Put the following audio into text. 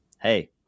hey